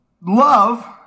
love